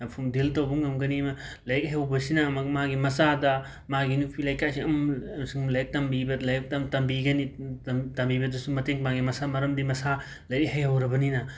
form ꯗꯤꯜ ꯇꯧꯕ ꯉꯝꯒꯅꯤ ꯂꯥꯏꯔꯤꯛ ꯍꯩꯍꯧꯕꯁꯤꯅ ꯑꯃꯨꯛ ꯃꯥꯒꯤ ꯃꯆꯥꯗ ꯃꯥꯒꯤ ꯅꯨꯄꯤ ꯂꯩꯀꯥꯏꯁꯤꯡ ꯁꯨꯝ ꯂꯥꯏꯔꯤꯛ ꯇꯝꯕꯤꯕ ꯂꯥꯏꯔꯤꯛ ꯇꯝꯕꯤꯒꯅꯤ ꯇꯝꯕꯤꯕꯗꯁꯨ ꯃꯇꯦꯡ ꯄꯥꯡꯏ ꯃꯔꯝ ꯃꯔꯝꯗꯤ ꯃꯁꯥ ꯂꯥꯏꯔꯤꯛ ꯍꯩꯍꯧꯔꯕꯅꯤꯅ